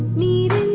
need